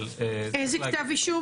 אבל --- איזה כתב אישום?